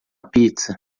pizza